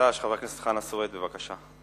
חבר הכנסת חנא סוייד, מטעם סיעת חד"ש, בבקשה.